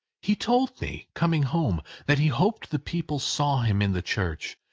he told me, coming home, that he hoped the people saw him in the church,